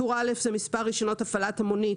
טור א' זה מספר רישיונות הפעלת המונית